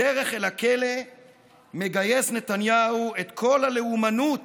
בדרך אל הכלא מגייס נתניהו את כל הלאומנות